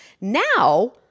Now